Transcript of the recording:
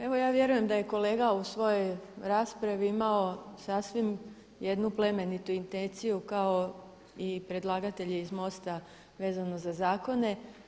Evo ja vjerujem da je kolega u svojoj raspravi imao sasvim jednu plemenitu intenciju kao i predlagatelji iz MOST-a vezano za zakone.